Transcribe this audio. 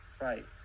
right